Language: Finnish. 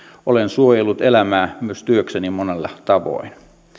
olen suojellut elämää myös työkseni monella tavoin